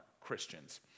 Christians